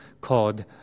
called